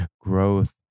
growth